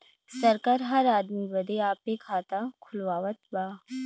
सरकार हर आदमी बदे आपे खाता खुलवावत बा